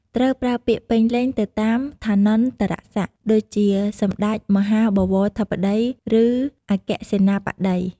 ត្រូវប្រើពាក្យ ពេញលេញទៅតាមឋានន្តរស័ក្តិ ដូចជា សម្តេចមហាបវរធិបតី ឫ អគ្គសេនាបតី។